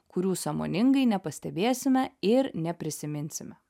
kurių sąmoningai nepastebėsime ir neprisiminsime